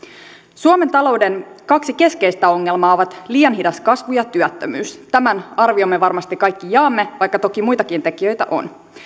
suomen talouden kaksi keskeistä ongelmaa ovat liian hidas kasvu ja työttömyys tämän arvion me varmasti kaikki jaamme vaikka toki muitakin tekijöitä on